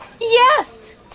Yes